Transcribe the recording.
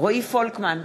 רועי פולקמן,